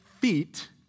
feet